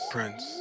Prince